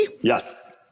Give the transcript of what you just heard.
Yes